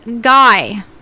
guy